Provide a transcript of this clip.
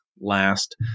last